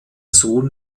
sohn